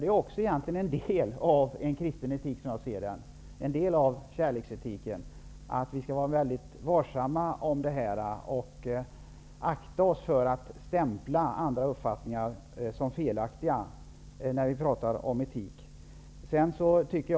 Det är också som jag ser det en del av en kristen etik, en del av kärleksetiken, att vi skall vara väldigt varsamma och akta oss för att stämpla andra uppfattningar som felaktiga när vi talar om etik.